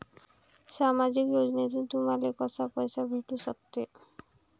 सामाजिक योजनेतून तुम्हाले कसा पैसा भेटू सकते?